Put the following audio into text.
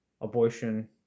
abortion